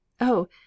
Oh